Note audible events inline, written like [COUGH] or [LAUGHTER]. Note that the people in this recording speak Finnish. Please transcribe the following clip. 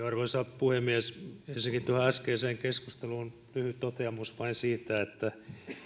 [UNINTELLIGIBLE] arvoisa puhemies ensinnäkin tuohon äskeiseen keskusteluun lyhyt toteamus vain siitä että